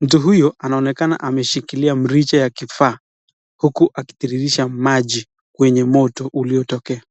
Mtu huyu anaonekana ameshikilia mrija ya kifaa huku akitiririsha maji kwenye moto uliotokea.